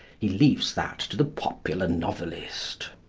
he leaves that to the popular novelist.